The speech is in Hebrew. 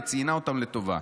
וציינה אותם לטובה.